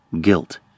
guilt